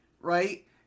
Right